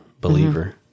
believer